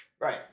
Right